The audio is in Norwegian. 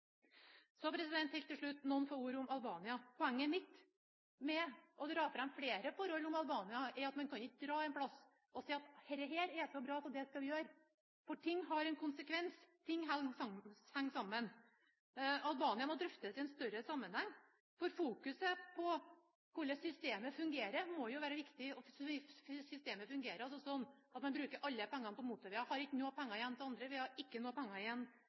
Så helt til slutt noen få ord om Albania. Poenget mitt med å dra fram flere forhold om Albania er at man ikke kan dra et sted og si at dette er så bra, så det skal vi gjøre, for ting har en konsekvens – ting henger sammen. Albania må drøftes i en større sammenheng, for fokuset på hvordan systemet fungerer, må jo være viktig. Og systemet fungerer altså sånn at man bruker alle pengene på motorveier og har ikke noen penger igjen til andre ting – det er ikke noen penger igjen